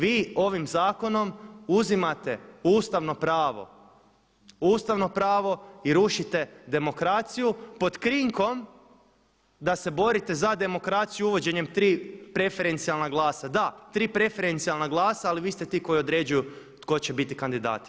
Vi ovim zakonom uzimate ustavno pravo, ustavno pravo i rušite demokraciju pod krinkom da se borite za demokraciju uvođenjem 3 preferencijalna glasa, da 3 preferencijalna glasa ali vi ste ti koji određuju ko će biti kandidati.